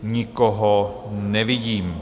Nikoho nevidím.